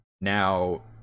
now